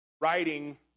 writing